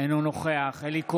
אינו נוכח אלי כהן,